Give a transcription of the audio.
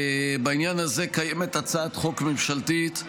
בעניין הזה קיימת הצעת חוק ממשלתית,